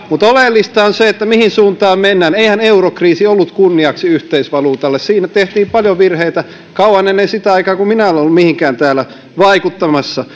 mutta oleellista on se mihin suuntaan mennään eihän eurokriisi ollut kunniaksi yhteisvaluutalle siinä tehtiin paljon virheitä kauan ennen sitä aikaa kun minä olen ollut mihinkään täällä vaikuttamassa